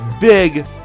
big